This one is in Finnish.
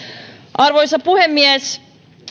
arvoisa puhemies